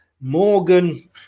Morgan